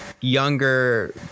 younger